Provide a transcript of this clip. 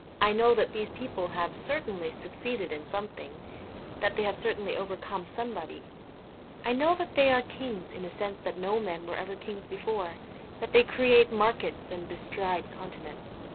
i know that these people have certainly succeeded in something that they have certainly overcome somebody i know that they are kings in a sense that no men were ever kings before that they create markets and bestride continents.